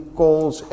calls